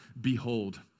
behold